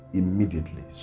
immediately